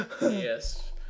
Yes